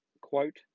quote